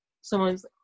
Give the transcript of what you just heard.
someone's